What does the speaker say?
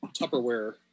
Tupperware